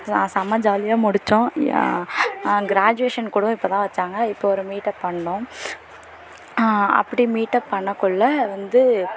சா செம ஜாலியாக முடித்தோம் கிராஜுவேஷன் கூட இப்போ தான் வைச்சாங்க இப்போ ஒரு மீட் அப் பண்ணிணோம் அப்படி மீட் அப் பண்ண குள்ளே வந்து